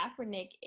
Kaepernick